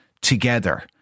together